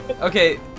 Okay